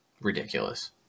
ridiculous